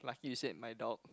like you said my dog